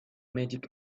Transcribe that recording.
magic